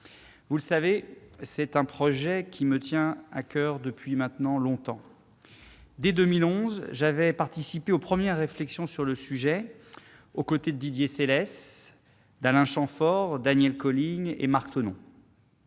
Vous le savez, c'est un projet qui me tient à coeur depuis maintenant longtemps. Dès 2011, j'avais participé aux premières réflexions sur le sujet, aux côtés de Didier Selles, d'Alain Chamfort, de Daniel Colling et de Marc Thonon.